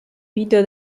video